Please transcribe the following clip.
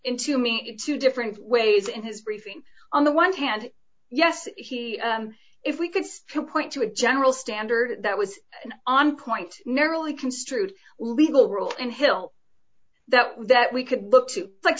to me two different ways in his briefing on the one hand yes he if we could still point to a general standard that was on point narrowly construed legal rule in hill that that we could look to like